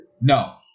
No